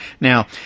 Now